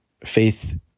faith